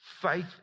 faith